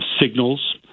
signals